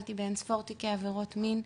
טיפלתי באין-ספור תיקי עבירות מין,